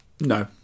No